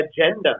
agenda